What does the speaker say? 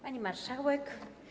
Pani Marszałek!